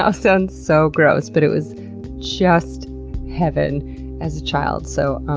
ah sounds so gross, but it was just heaven as a child, so um,